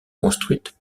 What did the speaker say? construites